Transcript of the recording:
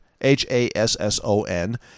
H-A-S-S-O-N